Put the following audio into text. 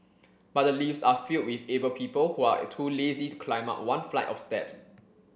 but the lifts are filled with able people who are too lazy to climb up one flight of steps